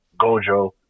Gojo